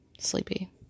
Sleepy